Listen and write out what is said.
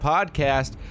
Podcast